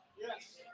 Yes